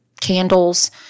candles